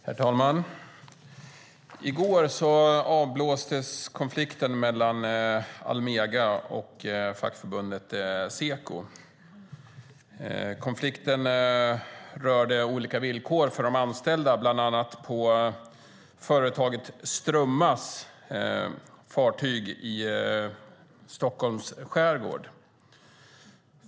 Herr talman! I går avblåstes konflikten mellan Almega och fackförbundet Seko. Konflikten rörde olika villkor för de anställda, bland annat på företaget Strömmas fartyg i Stockholms skärgård.